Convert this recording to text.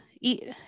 eat